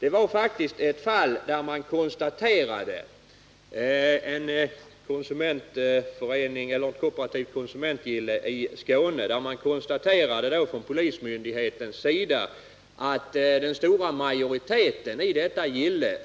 Det finns faktiskt ett fall från Skåne där polismyndigheten konstaterade att den stora majoriteten i ett kooperativt konsumentgille